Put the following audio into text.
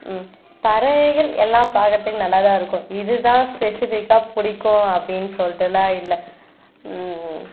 பறவைகள் எல்லாம் பார்க்கறதுக்கு நல்லாதான் இருக்கும் இதுதான் ஸ்பெசிஃபிக்காக பிடிக்கும் அப்படின்னு சொல்லிட்டுலாம் இல்லை